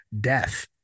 death